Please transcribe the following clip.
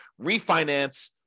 refinance